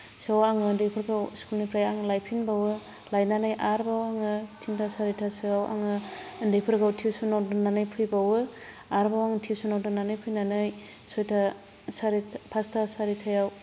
सोआव आङो उन्दैफोरखौ स्कुलनिफ्राय आं लायफिनबावो लायनानै आरोबाव आङो तिनथा सारिथासोआव आङो उन्दैफोरखौ टिउसनाव दोननानै फैबावो आरोबाव आं टिउसनाव दोननानै फैनानै सयथा सारिथा फासथा सारिथायाव